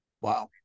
Wow